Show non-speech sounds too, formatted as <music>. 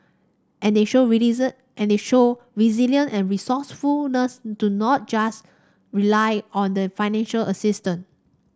and they show <unintelligible> and they show resilience and resourcefulness to not just rely on the financial assistance